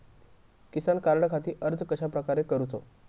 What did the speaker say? किसान कार्डखाती अर्ज कश्याप्रकारे करूचो?